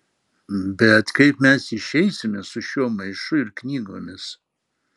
bet kaip mes išeisime su šiuo maišu ir knygomis